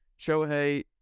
Shohei